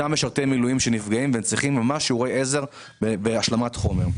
משרתי מילואים שנפגעים וצריכים שיעורי עזר בהשלמת החומר.